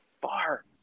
far